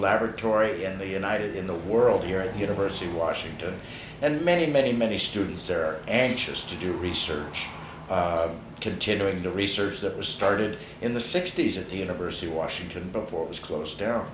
laboratory in the united in the world here at the university of washington and many many many students there anxious to do research continuing to research that was started in the sixty's at the university of washington before it was closed down